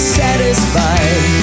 satisfied